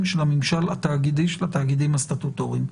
של הממשל התאגידי של התאגידים הסטטוטוריים.